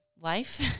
life